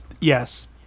Yes